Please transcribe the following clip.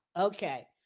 Okay